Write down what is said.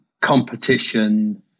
competition